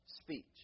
speech